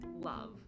love